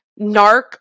narc